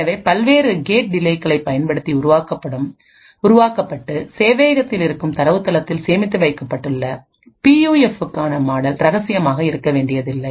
எனவே பல்வேறு கேட் டிலேகளைப் பயன்படுத்தி உருவாக்கப்பட்டு சேவையகத்தில் இருக்கும் தரவுத்தளத்தில் சேமித்து வைக்கப்பட்டுள்ள பியூஎஃப்க்கான மாடல் இரகசியமாக இருக்க வேண்டியதில்லை